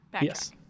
yes